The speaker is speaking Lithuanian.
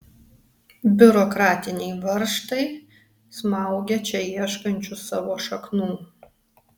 biurokratiniai varžtai smaugia čia ieškančius savo šaknų